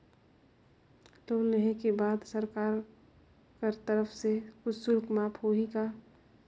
Loan लेहे के बाद सरकार कर तरफ से कुछ शुल्क माफ होही का?